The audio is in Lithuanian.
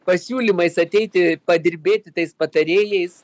pasiūlymais ateiti padirbėti tais patarėjais